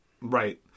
right